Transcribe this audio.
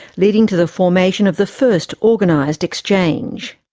leading to the formation of the first organised exchange.